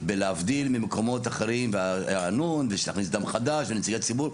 להבדיל ממקומות אחרים וריענון ולהכניס דם חדש ונציגי ציבור.